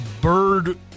bird